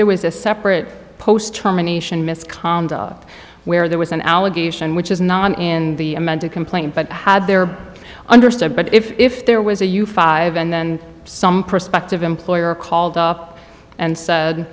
there was a separate post terminations misconduct where there was an allegation which is not in the amended complaint but they were understood but if there was a you five and then some prospective employer called up and sa